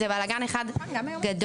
זה בלגן אחד גדול,